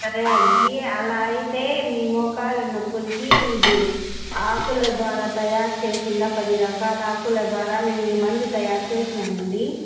సరే అండి అలా అయితే మీ మోకాలు నొప్పులకి ఇది ఆకుల ద్వారా తయారు చేసింది పది రకాల ఆకుల ద్వారా మేము ఈ మందు తయారు చేసినాం అండి